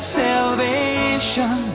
salvation